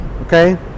Okay